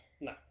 No